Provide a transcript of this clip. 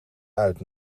uit